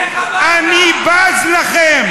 אני בז לכם.